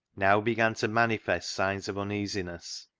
now began to manifest signs of uneasiness.